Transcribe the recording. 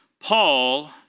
Paul